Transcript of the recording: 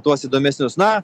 tuos įdomesnius na